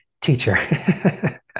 teacher